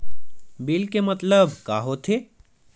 Bill के मतलब का होथे?